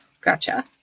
Gotcha